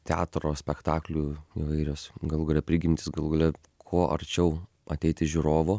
teatro spektaklių įvairios galų gale prigimtys galų gale kuo arčiau ateiti žiūrovo